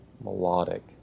melodic